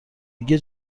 دیگه